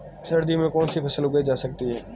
सर्दियों में कौनसी फसलें उगाई जा सकती हैं?